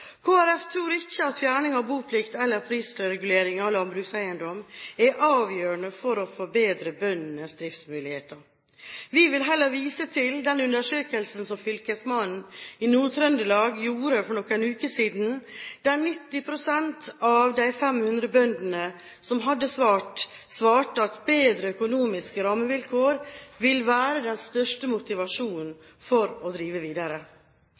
tror ikke at fjerning av boplikten eller prisreguleringen på landbrukseiendom er avgjørende for å forbedre bøndenes driftsmuligheter. Vi vil heller vise til den undersøkelsen som fylkesmannen i Nord-Trøndelag gjorde for noen uker siden, der 90 pst. av de 500 bøndene som hadde svart, svarte at bedre økonomiske rammevilkår vil være den største motivasjonen for å drive videre.